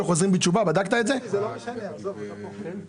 לא בדקת, נכון?